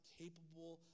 capable